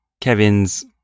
Kevin's